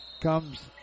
comes